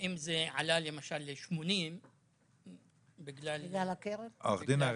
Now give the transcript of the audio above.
ואם זה עלה למשל ל-80 --- עו"ד הר